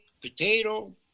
potato